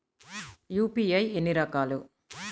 UPI ఎన్ని రకాలు?